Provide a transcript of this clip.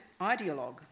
ideologue